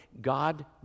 God